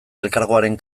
elkargoaren